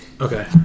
Okay